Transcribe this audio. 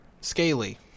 Scaly